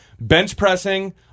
bench-pressing